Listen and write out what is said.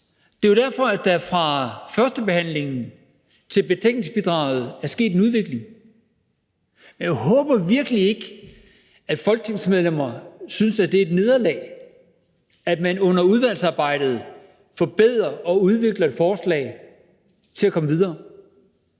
Det er jo derfor, at der fra førstebehandlingen til betænkningsbidraget er sket en udvikling. Jeg håber virkelig ikke, at folketingsmedlemmer synes, at det er et nederlag, at man under udvalgsarbejdet forbedrer og udvikler et forslag til at komme videre.